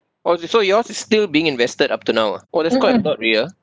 oh so yours is still being invested up till now ah oh that's quite a lot already ah